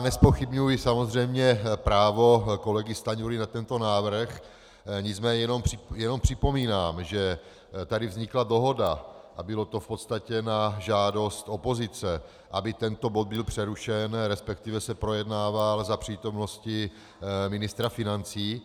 Nezpochybňuji samozřejmě právo kolegy Stanjury na tento návrh, jenom připomínám, že tady vznikla dohoda a bylo to v podstatě na žádost opozice, aby tento bod byl přerušen, respektive se projednával za přítomnosti ministra financí.